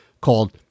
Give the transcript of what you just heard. called